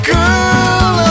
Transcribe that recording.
Girl